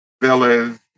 villas